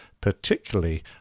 particularly